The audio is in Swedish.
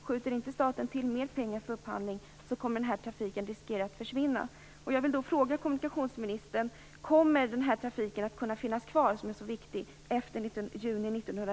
Skjuter inte staten till mer pengar för upphandling riskerar denna trafik att försvinna.